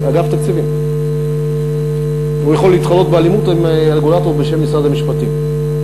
אגף התקציבים יכול להתחרות באלימות עם רגולטור בשם משרד המשפטים.